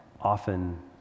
often